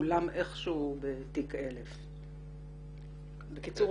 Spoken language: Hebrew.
מגולם איך שהוא ב"תיק 1000". בקיצור,